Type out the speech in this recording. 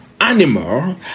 animal